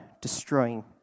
destroying